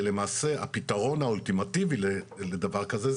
זה למעשה לפתרון האולטימטיבי לדבר כזה,